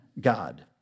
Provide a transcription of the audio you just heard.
God